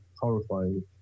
horrifying